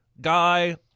guy